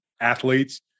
athletes